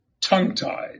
tongue-tied